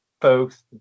folks